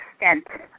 extent